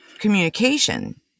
communication